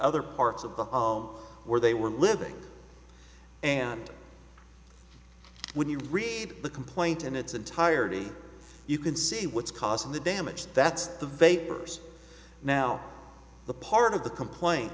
other parts of the home where they were living and when you read the complaint in its entirety you can see what's causing the damage that's the vapors now the part of the complaint